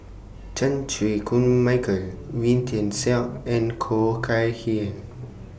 Chan Chew Koon Michael Wee Tian Siak and Khoo Kay Hian